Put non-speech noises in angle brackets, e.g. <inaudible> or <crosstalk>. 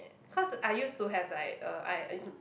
<noise> cause I used to have like uh I <noise>